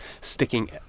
sticking